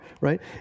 right